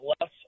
less